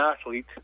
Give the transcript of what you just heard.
athlete